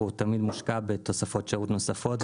הוא תמיד מושקע בתוספות שירות נוספות.